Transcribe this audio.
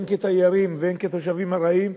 הן כתיירים והן כתושבים ארעיים,